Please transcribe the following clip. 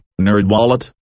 NerdWallet